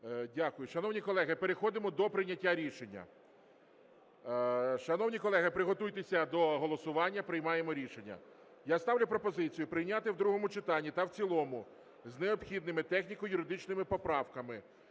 Дякую. Шановні колеги, переходимо до прийняття рішення. Шановні колеги, приготуйтеся до голосування, приймаємо рішення. Я ставлю пропозицію прийняти в другому читанні та в цілому з необхідними техніко-юридичними поправками